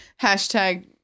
hashtag